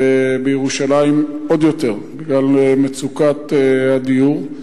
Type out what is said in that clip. ובירושלים עוד יותר, בגלל מצוקת הדיור.